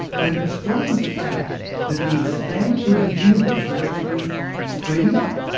when astronomers found that the expansion of the universe was actually speeding up.